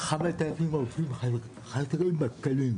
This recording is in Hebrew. לכל הצוות שלהם שנמצאים כאן.